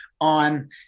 on